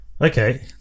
Okay